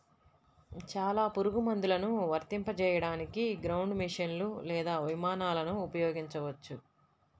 చాలా పురుగుమందులను వర్తింపజేయడానికి గ్రౌండ్ మెషీన్లు లేదా విమానాలను ఉపయోగించవచ్చు